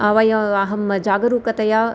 आवय अहं जागरूकतया